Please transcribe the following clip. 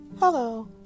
Hello